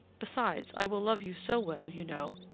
besides, i will love you so well, you know,